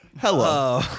Hello